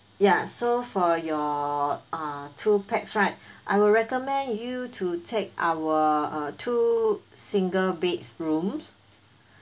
ya so for your uh two pax right I would recommend you to take our uh two single beds room